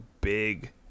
big